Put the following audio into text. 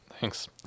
Thanks